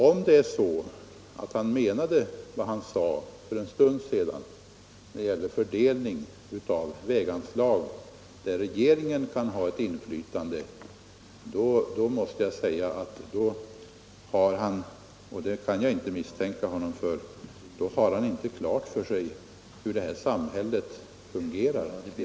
Om herr Dahlgren verkligen menade vad han sade om fördelningen av de väganslag där regeringen kan ha ett inflytande, så har han inte klart för sig hur vårt samhälle fungerar.